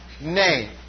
name